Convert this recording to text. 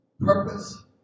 purpose